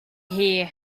here